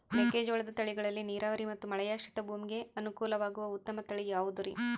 ಮೆಕ್ಕೆಜೋಳದ ತಳಿಗಳಲ್ಲಿ ನೇರಾವರಿ ಮತ್ತು ಮಳೆಯಾಶ್ರಿತ ಭೂಮಿಗೆ ಅನುಕೂಲವಾಗುವ ಉತ್ತಮ ತಳಿ ಯಾವುದುರಿ?